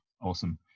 Awesome